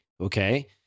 Okay